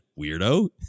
weirdo